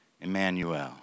Emmanuel